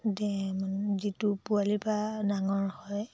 যে যিটো পোৱালিৰপৰা ডাঙৰ হয়